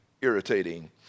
irritating